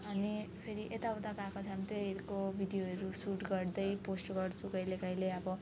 अनि फेरि यताउता गएको छ भने त्यहीहरूको भिडियोहरू सुट गर्दै पोस्ट गर्छु कहिले कहिले अब